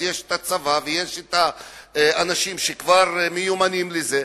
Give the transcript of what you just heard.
את הצבא ויש אנשים שכבר מיומנים בזה.